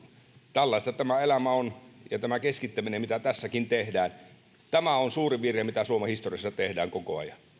tällaista tämä elämä on ja tämä keskittäminen mitä tässäkin tehdään on suurin virhe mitä suomen historiassa tehdään koko ajan